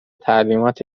تعلیمات